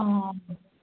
অঁ